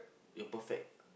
your perfect